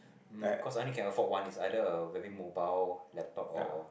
mmhmm cause I only can afford one it's either a maybe mobile laptop or